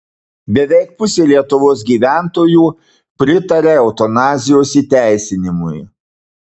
beveik pusė lietuvos gyventojų pritaria eutanazijos įteisinimui